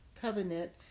covenant